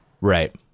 Right